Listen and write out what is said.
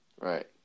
Right